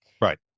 Right